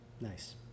Nice